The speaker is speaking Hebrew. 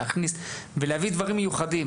ולהביא דברים מיוחדים,